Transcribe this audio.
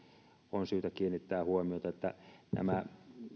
on syytä kiinnittää huomiota nämä